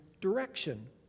direction